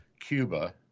Cuba